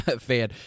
fan